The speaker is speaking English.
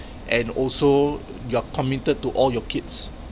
and also you're committed to all your kids